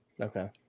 okay